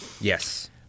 Yes